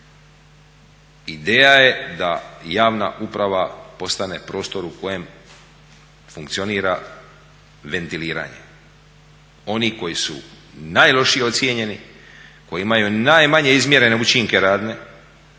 Ideja je da javna uprava postane prostor u kojem funkcionira ventiliranje. Oni koji su najlošije ocijenjeni, koji imaju najmanje izmjerene učinke radne,